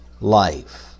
life